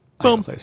Boom